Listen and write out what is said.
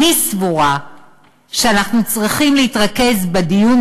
אני סבורה שאנחנו צריכים להתרכז בדיון